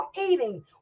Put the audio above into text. eating